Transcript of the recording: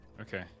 Okay